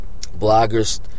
bloggers